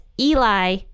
Eli